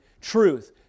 truth